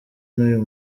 n’uyu